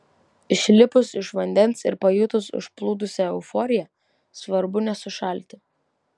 išlipus iš vandens ir pajutus užplūdusią euforiją svarbu nesušalti